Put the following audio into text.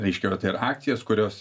reiškia yra tai yra akcijas kurios